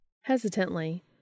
Hesitantly